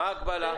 מה ההגבלה?